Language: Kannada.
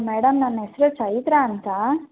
ಮೇಡಮ್ ನನ್ನ ಹೆಸರು ಚೈತ್ರ ಅಂತ